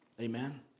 Amen